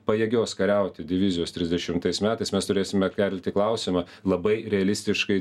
pajėgios kariauti divizijos trisdešimtais metais mes turėsime kelti klausimą labai realistiškai